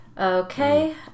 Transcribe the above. Okay